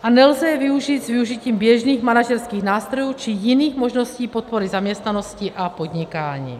A nelze je využít s využitím běžných manažerských nástrojů či jiných možností podpory zaměstnanosti a podnikání.